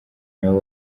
nawe